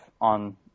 on